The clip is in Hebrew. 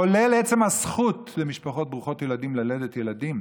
כולל עצם הזכות למשפחות ברוכות ילדים, ללדת ילדים,